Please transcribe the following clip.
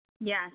yes